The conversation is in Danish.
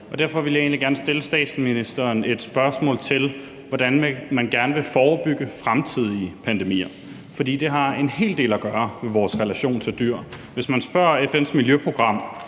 Derfor vil jeg egentlig gerne stille statsministeren endnu et spørgsmål om, hvordan man gerne vil forebygge fremtidige pandemier, for det har en hel del at gøre med vores relation til dyr. Hvis man konsulterer FN's miljøprogram,